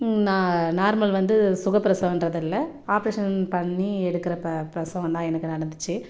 normal வந்து சுகப்பிரசவம்ன்றது இல்லை ஆப்ரேஷன் பண்ணி எடுக்கிற பிரசவம் தான் எனக்கு நடந்துச்சு